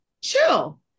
chill